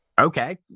Okay